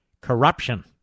Corruption